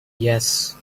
yes